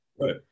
right